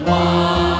one